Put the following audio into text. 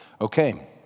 Okay